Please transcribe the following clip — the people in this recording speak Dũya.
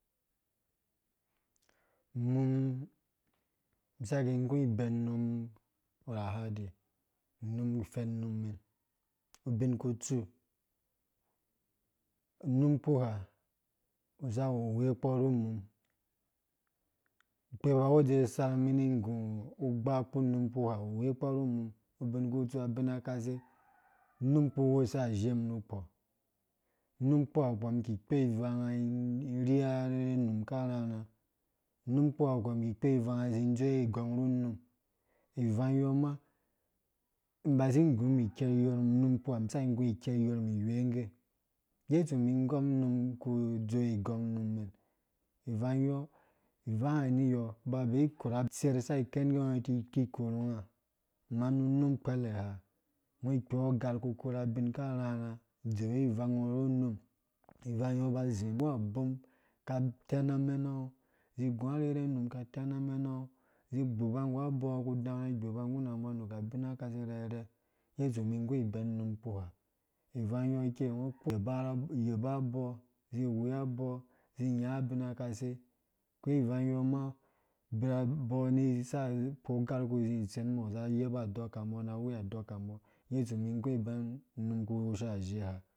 Mum mĩ saki gũ iben num urhahadi mun ku fɛnum mɛn binkutsu num kpuha za hu we kpo nu mum ka ku dze sarh mĩ nĩ gũ ubgu ku num wuha va wu we kpo nũ mum bin kutsu abina kase unum ku wosha azhem nukpo num kuwa mĩ kĩ kpɔ ivangã iri arherhu num akarharha, num kuwa nu kpɔ mĩ ki kpo ivangã zĩ dzowe igang ru num ivang yo ma, mĩ mba si nggum iker yormum nu num ihwenggen nggetsu mĩ ngɔm num ku dzowe igɔng num mɛn ivang yo ivangã ni yo ngɔ ba be korha saki ken ngge ngɔ ki korhungã kuma nũ num kpele ha ngɔ ikpoɔ ugarh ku korha bin akarhãrhã dzowe ivang ngo nu num. ivãng yɔ ngɔ ba zĩ gũ ambom ka tɛn amɛnãngɔ gũ arerhunum ka tẽn amɛnangɔ gũ arerhunum ka tɛn amɛnangɔ gbuba nggu abɔ ngɔ ku dãrhũngɔ gbuba nggu mbɔ nuku abina kase arɛrɛ ngeya tsu nĩ gũ ĩbɛn num kuha ivang yɔ ikei ngɔ yeba abo zĩ wei abɔ nũ nyã abinakase abɔ saka kpo garh ku zĩ itsen za hwei andɔkambɔ na yeba andɔkambɔ ngeye itsu mi nggu ĩbɛn num kpuha.